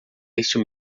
este